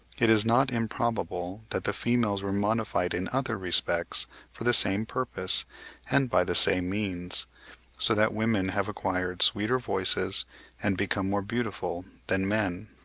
it is not improbable that the females were modified in other respects for the same purpose and by the same means so that women have acquired sweeter voices and become more beautiful than men.